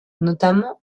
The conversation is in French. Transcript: notamment